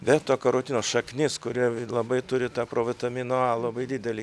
beta karotino šaknis kuri labai turi tą provitamino a labai didelį